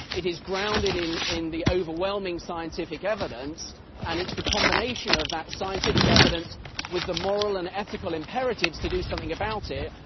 it is grounded in in the overwhelming scientific evidence and it's the combination of that scientific evidence with the moral and ethical imperatives to do something about it,